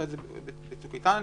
בצוק איתן.